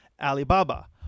Alibaba